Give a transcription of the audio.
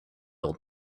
old